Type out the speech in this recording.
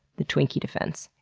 the twinkie defense.